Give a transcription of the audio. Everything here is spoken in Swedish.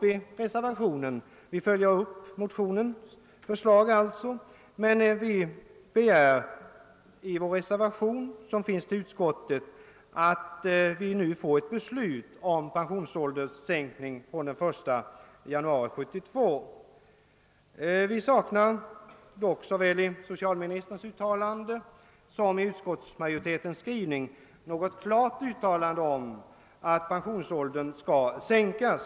I reservationen till utskottets utlåtande följer vi upp motionens förslag och begär att vi nu skall få ett beslut om en pensionsålderssänkning från den 1 januari 1972. Vi saknar dock såväl i socialministerns uttalande som i utskottets skrivning ett klart besked om att pensionsåldern skall sänkas.